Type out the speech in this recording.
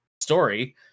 story